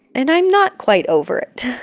and i'm not quite over it